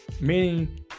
meaning